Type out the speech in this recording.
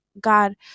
god